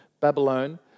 Babylon